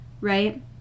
right